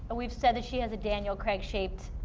but we've said she has a daniel craig shaped